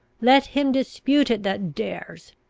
let him dispute it that dares!